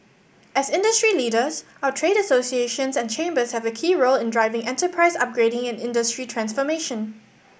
as industry leaders our trade associations and chambers have a key role in driving enterprise upgrading and industry transformation